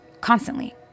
constantly